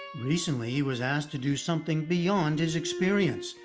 recently, he was asked to do something beyond his experience,